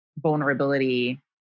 vulnerability